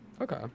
Okay